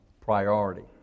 priority